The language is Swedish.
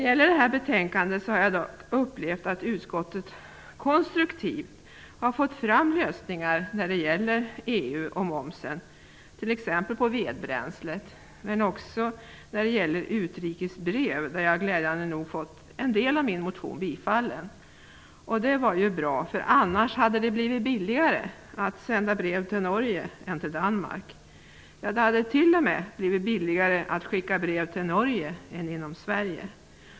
Jag har upplevt att utskottet konstruktivt har fått fram lösningar när det gäller EU och momsen t.ex. på vedbränslet men också när det gäller utrikes brev. Jag har glädjande nog fått en del av min motion bifallen. Det var bra, för annars hade det blivit billigare att sända brev till Norge än till Danmark. Det hade t.o.m. blivit billigare att skicka brev till Norge än inom Sverige.